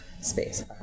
space